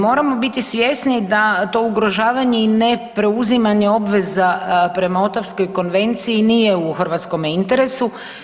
Moramo biti svjesni da to ugrožavanje i ne preuzimanje obveza prema Ottawskoj konvenciji nije u hrvatskome interesu.